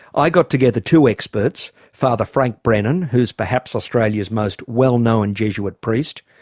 i got together two experts, father frank brennan, who's perhaps australia's most well-known jesuit priest,